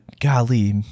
golly